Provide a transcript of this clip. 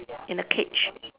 in a cage